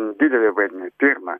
didelį vaidmenį pirma